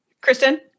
Kristen